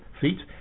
feet